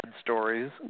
stories